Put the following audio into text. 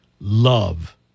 love